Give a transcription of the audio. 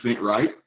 right